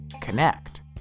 connect